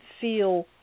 feel